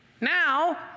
Now